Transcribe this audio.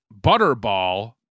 Butterball